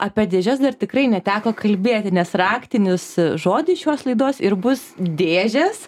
apie dėžes dar tikrai neteko kalbėti nes raktinis žodis šios laidos ir bus dėžės